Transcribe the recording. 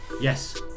Yes